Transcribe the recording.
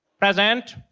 present!